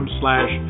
slash